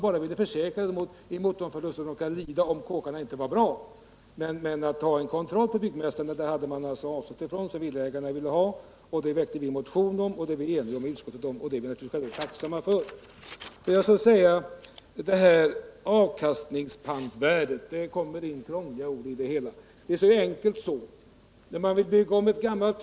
Regeringen ville bara försäkra småhusköparna mot de förluster som kan uppstå om kåkarna inte är bra. Däremot avstod man från att föreslå den kontroll pä byggmästarna som villaägarna ville ha. Vi väckte då en motion om den saken, och utskottet har kunnat enas om vårt förslag. Det är vi tacksamma för. Så till frågan om avkastningspantvärdet. Vi får ofta in krångliga ord i bostadspolitiken, men det hela är mycket enkelt.